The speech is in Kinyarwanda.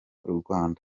rwanda